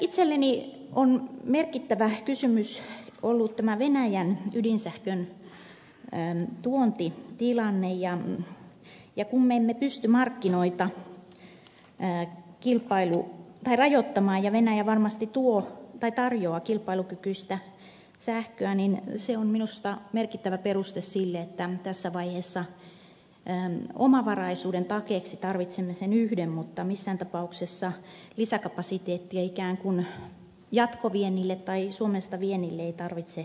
itselleni on merkittävä kysymys ollut tämä venäjän ydinsähkön tuontitilanne ja kun me emme pysty markkinoita rajoittamaan ja venäjä varmasti tarjoaa kilpailukykyistä sähköä niin se on minusta merkittävä peruste sille että tässä vaiheessa omavaraisuuden takeeksi tarvitsemme sen yhden mutta missään tapauksessa lisäkapasiteettia ikään kuin jatkoviennille tai suomesta viennille ei tarvitse rakentaa